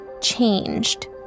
changed